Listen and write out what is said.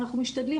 אנחנו משתדלים,